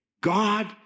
God